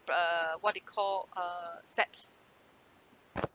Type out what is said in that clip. br~ uh what they call uh steps